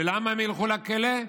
ולמה הם ילכו לכלא?